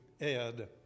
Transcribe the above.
Ed